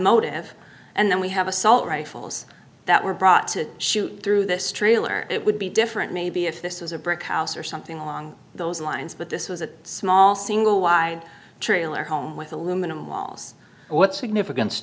motive and then we have assault rifles that were brought to shoot through this trailer it would be different maybe if this was a brick house or something along those lines but this was a small single wide trailer home with aluminum walls what significance